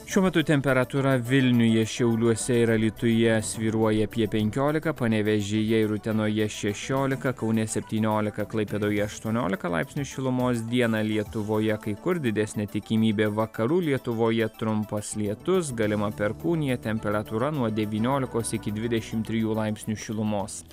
šiuo metu temperatūra vilniuje šiauliuose ir alytuje svyruoja apie penkiolika panevėžyje ir utenoje šešiolika kaune septyniolika klaipėdoje aštuoniolika laipsnių šilumos dieną lietuvoje kai kur didesnė tikimybė vakarų lietuvoje trumpas lietus galima perkūnija temperatūra nuo devyniolikos iki dvidešimt trijų laipsnių šilumos